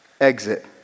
exit